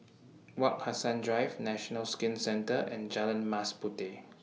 Wak Hassan Drive National Skin Centre and Jalan Mas Puteh